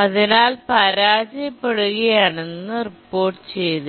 അതിനാൽ പരാജയപ്പെടുകയാണെന്നും റിപ്പോർട്ട് ചെയ്തു